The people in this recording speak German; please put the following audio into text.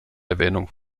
erwähnung